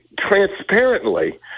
transparently